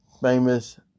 Famous